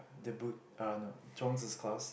the bou~ uh no Zhuang-Zi's class